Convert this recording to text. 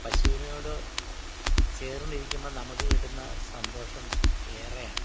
പശുവിനോട് ചേർന്നിരിക്കുമ്പം നമുക്ക് കിട്ടുന്ന ആ സന്തോഷം ഏറെയാണ്